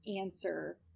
answer